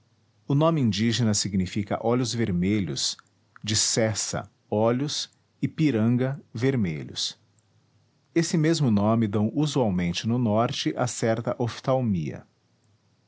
o nome indígena significa olhos vermelhos de ceça olhos e piranga vermelhos esse mesmo nome dão usualmente no norte a certa oftalmia